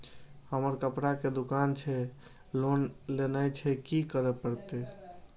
हमर कपड़ा के दुकान छे लोन लेनाय छै की करे परतै?